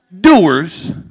doers